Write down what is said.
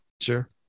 Sure